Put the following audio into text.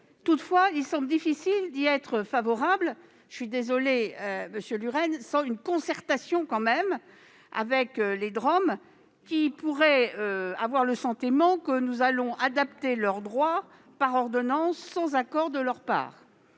Toutefois, il semble difficile d'y être favorable- j'en suis désolée, monsieur Lurel -en l'absence d'une concertation avec les DROM. Ceux-ci pourraient en effet avoir le sentiment que nous allons adapter leur droit par ordonnances, sans accord de leur part.